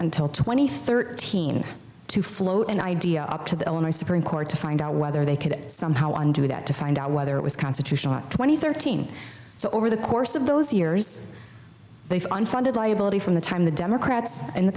until twenty thirteen to float an idea up to the illinois supreme court to find out whether they could somehow undo that to find out whether it was constitutional two thousand and thirteen so over the course of those years they've unfunded liability from the time the democrats and the